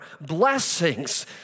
blessings